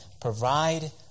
provide